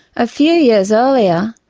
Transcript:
a few years earlier,